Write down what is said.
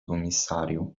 commissario